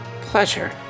Pleasure